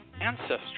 Ancestors